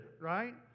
right